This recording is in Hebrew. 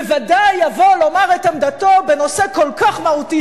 בוודאי יבוא לומר את עמדתו בנושא כל כך מהותי,